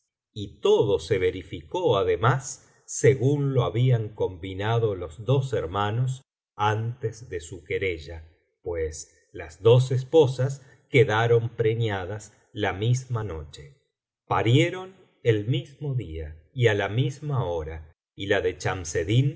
y todo se verificó además según lo habían combinado los dos hermanos antes de su querella pues las dos esposas quedaron preñadas la misma noche biblioteca valenciana generalitat valenciana las mil noches y una noche parieron el mismo día y á la misma hora y la de chamseddin visir de